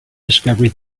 discovery